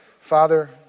Father